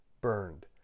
burned